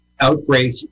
outbreak